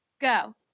go